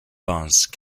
pensent